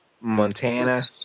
Montana